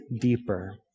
deeper